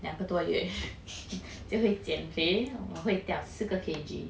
两个多月 就会减肥我会掉四个 K_G